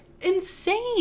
insane